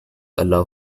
allow